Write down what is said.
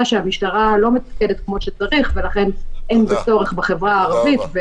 שהמשטרה לא מתפקדת כמו שצריך ולכן אין בה צורך בחברה הערבית,